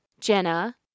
Jenna